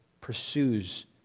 pursues